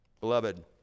Beloved